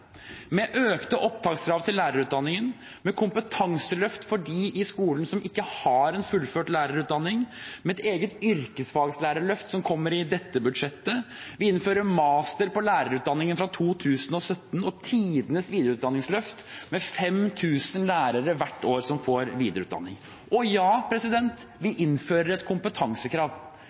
med økte opptakskrav til lærerutdanningen, med kompetanseløft for dem i skolen som ikke har en fullført lærerutdanning, med eget yrkesfagslærerløft som kommer i dette budsjettet, vi innfører master på lærerutdanningen fra 2017, og det blir tidenes videreutdanningsløft, med 5 000 lærere hvert år som får videreutdanning. Ja,